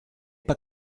pas